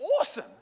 awesome